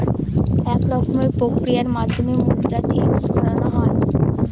এক রকমের প্রক্রিয়ার মাধ্যমে মুদ্রা চেন্জ করানো হয়